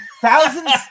Thousands